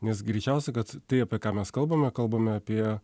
nes greičiausiai kad tai apie ką mes kalbame kalbame apie